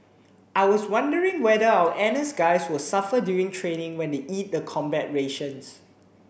I was wondering whether our N S guys will suffer during training when they eat the combat rations